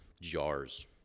jars